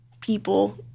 people